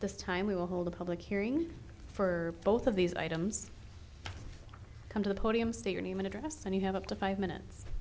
this time we will hold a public hearing for both of these items come to the podium state your name and address and you have up to five minutes